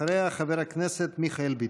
אחריה, חבר הכנסת מיכאל ביטון.